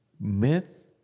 myth